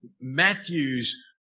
Matthew's